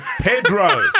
Pedro